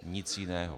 Nic jiného.